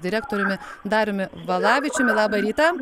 direktoriumi dariumi valavičiumi labą rytą